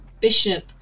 Bishop